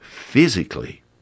physically